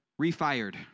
Refired